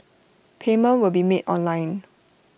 payment will be made online